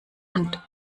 und